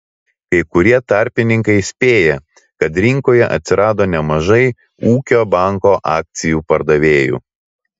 kai kurie tarpininkai spėja kad rinkoje atsirado nemažai ūkio banko akcijų pardavėjų